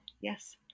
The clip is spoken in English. yes